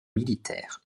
militaires